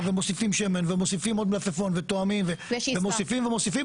ומוסיפים שמן ומוסיפים עוד מלפפון וטועמים ומוסיפים ומוסיפים,